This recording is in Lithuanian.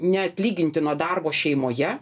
neatlygintino darbo šeimoje